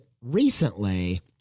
recently